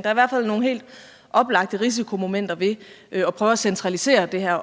Der er i hvert fald nogle helt oplagte risikomomenter ved at prøve at centralisere det her